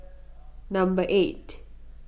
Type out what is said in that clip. number eight